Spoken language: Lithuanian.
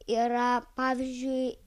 yra pavyzdžiui